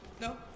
No